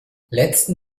letzten